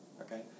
Okay